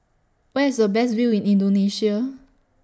Where IS A Best View in Indonesia